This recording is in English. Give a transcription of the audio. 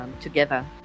together